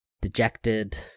Dejected